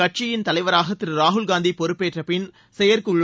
கட்சியின் தலைவராக திரு ராகுல்காந்தி பொறுப்பேற்ற பின் செயற்குழு